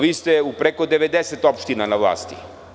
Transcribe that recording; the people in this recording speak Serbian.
Vi ste u preko 90 opština na vlasti.